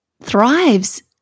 thrives